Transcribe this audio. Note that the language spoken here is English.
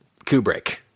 Kubrick